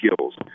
skills